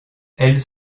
elles